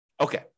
Okay